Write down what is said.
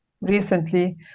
recently